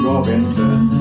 Robinson